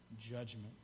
judgment